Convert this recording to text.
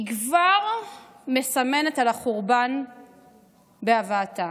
היא כבר מסמנת את החורבן בהבאתה.